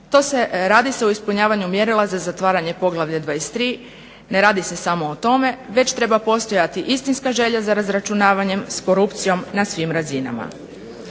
radi se o ispunjavanju mjerila za zatvaranje Poglavlja 23., ne radi se samo o tome već treba postojati istinska želja za razračunavanjem s korupcijom na svim razinama.